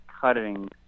cutting